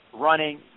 running